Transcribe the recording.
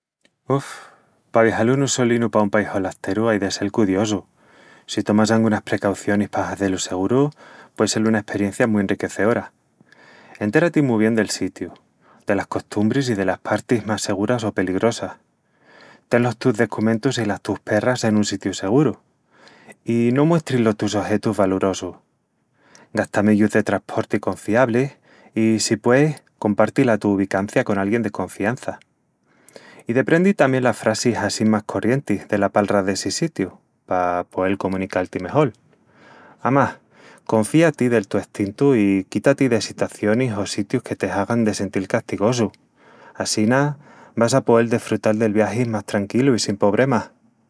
Uf... pa viajal unu solinu pa un país holasteru ai de sel cudiosu... si tomas angunas precaucionis pa hazé-lu seguru, puei sel una esperencia mu enriqueceora. Entera-ti mu bien del sitiu, delas costumbris i delas partis más seguras o peligrosas. Ten los tus decumentus i las tus perras en un sitiu seguru, i no muestris los tus ojetus valorosus.. Gasta meyus de trasporti confiablis i, si pueis, comparti la tu ubicancia con alguién de confiança.. I deprendi tamién las frasis assín más corrientis dela palra dessi sitiu pa poel comunical-ti mejol. Amás, confía-ti del tu estintu i quita-ti de sitacionis o sitius que te hagan de sentil castigosu. Assina, vas a poel desfrutal del viagi más tranquilu i sin pobremas.